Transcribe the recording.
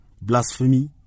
blasphemy